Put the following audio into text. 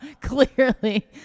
Clearly